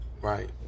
Right